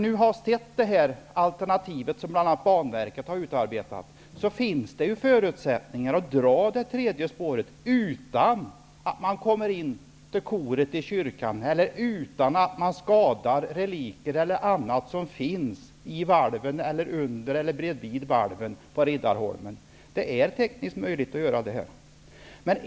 Med det alternativ som bl.a. Banverket har utarbetat finns det förutsättningar att dra det tredje spåret utan att man skadar koret i kyrkan eller de reliker och annat som finns i valven, under eller bredvid valven på Riddarholmen. Det är tekniskt möjligt.